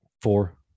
Four